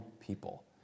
people